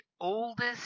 oldest